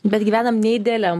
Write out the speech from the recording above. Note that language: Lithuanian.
bet gyvenam neidealiam